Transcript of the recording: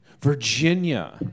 Virginia